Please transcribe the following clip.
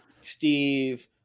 steve